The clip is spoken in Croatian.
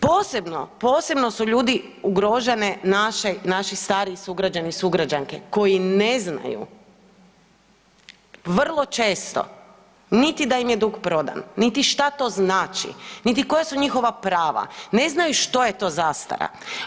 Posebno, posebno su ljudi ugroženi naši stariji sugrađani, sugrađanke koji ne znaju vrlo često niti da im je dug prodan, niti šta to znači, niti koja su njihova prava, ne znaju što je to zastara.